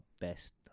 best